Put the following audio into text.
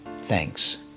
Thanks